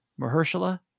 Mahershala